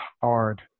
hard